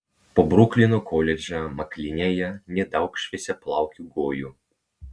po bruklino koledžą maklinėja nedaug šviesiaplaukių gojų